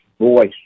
voice